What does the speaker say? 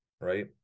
right